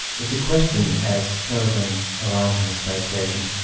it's a question as kelvin arrives on the space station,